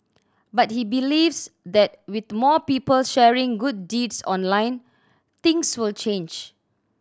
but he believes that with more people sharing good deeds online things will change